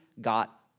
got